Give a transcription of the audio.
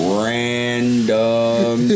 random